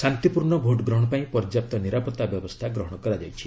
ଶାନ୍ତିପୂର୍ଣ୍ଣ ଭୋଟ୍ ଗ୍ରହଣ ପାଇଁ ପର୍ଯ୍ୟାପ୍ତ ନିରାପତ୍ତା ବ୍ୟବସ୍ଥା ଗ୍ରହଣ କରାଯାଇଛି